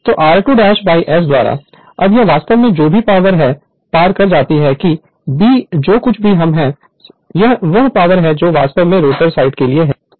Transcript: तो r2 by S द्वारा अब यह वास्तव में जो भी पावर है पार कर जाती है कि b जो कुछ भी हम हैं संदर्भ समय 0311 यह वह पावर है जो वास्तव में रोटर साइड के लिए है